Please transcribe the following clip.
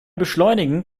beschleunigen